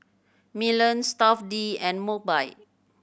Milan Stuff'd and Mobike